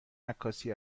عکاسی